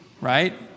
right